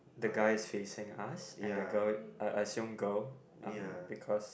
the guy is facing us and the girl I I see one girl um because